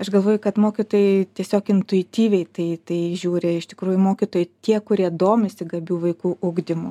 aš galvoju kad mokytojai tiesiog intuityviai tai tai žiūri iš tikrųjų mokytojai tie kurie domisi gabių vaikų ugdymu